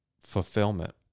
fulfillment